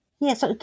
Yes